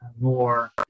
more